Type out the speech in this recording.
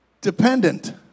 dependent